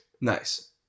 Nice